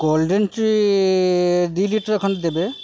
golden ଟି ଦୁଇ litre ଖଣ୍ଡ ଦେବେ